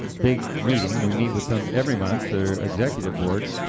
big meeting we meet with them every month, their executive board,